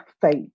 faith